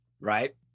Right